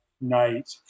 night